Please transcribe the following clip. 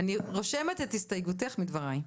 אני רושמת את הסתייגותך מדבריי.